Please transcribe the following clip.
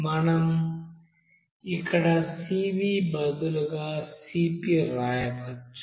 మనం ఇక్కడ Cv బదులుగా Cp రాయవచ్చు